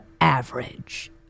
average